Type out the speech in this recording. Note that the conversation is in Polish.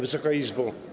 Wysoka Izbo!